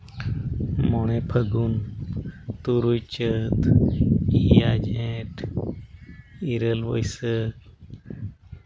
ᱢᱚᱬᱮ ᱯᱷᱟᱹᱜᱩᱱ ᱛᱩᱨᱩᱭ ᱪᱟᱹᱛ ᱮᱭᱟᱭ ᱡᱷᱮᱸᱴ ᱤᱨᱟᱹᱞ ᱵᱟᱹᱭᱥᱟᱹᱠᱷ